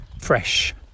fresh